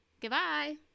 Goodbye